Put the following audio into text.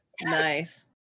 Nice